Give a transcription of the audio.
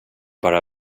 bara